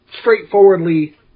straightforwardly